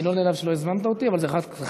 אני לא נעלב שלא הזמנת אותי, אבל זה חד-פעמי,